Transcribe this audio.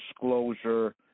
disclosure